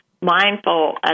mindful